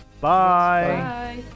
Bye